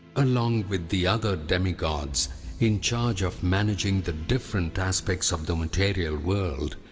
along with the other demigods in charge of managing the different aspects of the material world,